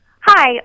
Hi